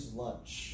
lunch